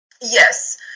yes